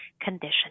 condition